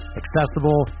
accessible